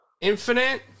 Infinite